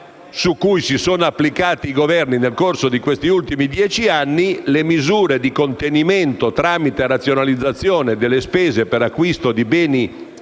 su cui si sono applicati i Governi nel corso degli ultimi dieci anni, concerne le misure di contenimento tramite razionalizzazione delle spese per acquisto di beni